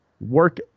work